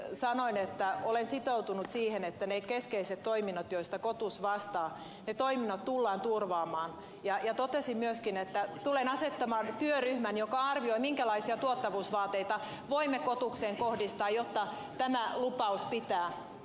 sanoin että olen sitoutunut siihen että ne keskeiset toiminnot joista kotus vastaa tullaan turvaamaan ja totesin myöskin että tulen asettamaan työryhmän joka arvioi minkälaisia tuottavuusvaateita voimme kotukseen kohdistaa jotta tämä lupaus pitää